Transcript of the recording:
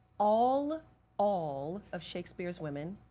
all all of shakespeare's women,